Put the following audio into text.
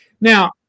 now